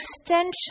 extension